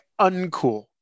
uncool